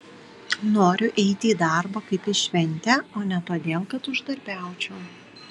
noriu eiti į darbą kaip į šventę o ne todėl kad uždarbiaučiau